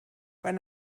wenn